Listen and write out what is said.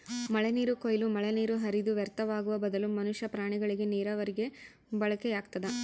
ಮಳೆನೀರು ಕೊಯ್ಲು ಮಳೆನೀರು ಹರಿದು ವ್ಯರ್ಥವಾಗುವ ಬದಲು ಮನುಷ್ಯ ಪ್ರಾಣಿಗಳಿಗೆ ನೀರಾವರಿಗೆ ಬಳಕೆಯಾಗ್ತದ